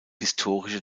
historische